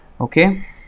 okay